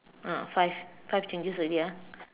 ah five five changes already ah